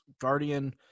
guardian